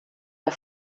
der